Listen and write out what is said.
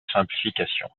simplification